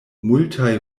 multaj